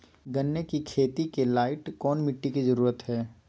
गन्ने की खेती के लाइट कौन मिट्टी की जरूरत है?